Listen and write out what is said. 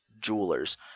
jewelers